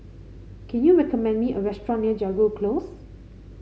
can you recommend me a restaurant near Jago Close